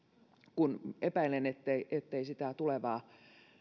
kun epäilen ettei ettei sitä tulevaa